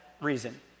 reason